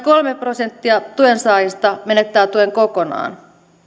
kolme prosenttia tuensaajista menettää tuen kokonaan